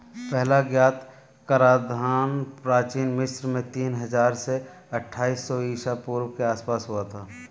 पहला ज्ञात कराधान प्राचीन मिस्र में तीन हजार से अट्ठाईस सौ ईसा पूर्व के आसपास हुआ था